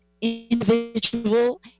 individual